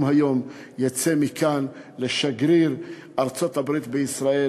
היום יצא מכאן לשגריר ארצות-הברית בישראל,